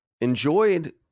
enjoyed